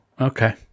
Okay